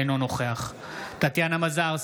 אינו נוכח טטיאנה מזרסקי,